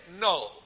no